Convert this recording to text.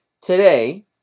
Today